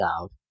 out